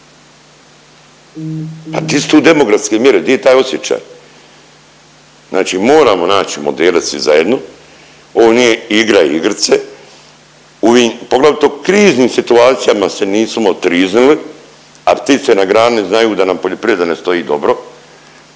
Pa di su tu demografske mjere? Di je taj osjećaj? Znači moramo naći modele svi zajedno. Ovo nije igra igrice. Poglavito u kriznim situacijama se nismo triznili, a ptice na grani znaju da nam poljoprivreda ne stoji dobro